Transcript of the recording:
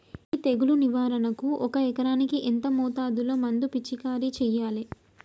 ఈ తెగులు నివారణకు ఒక ఎకరానికి ఎంత మోతాదులో మందు పిచికారీ చెయ్యాలే?